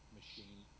machine